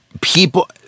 people